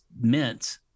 meant